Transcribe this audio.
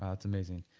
that's amazing.